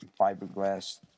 fiberglass